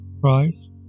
price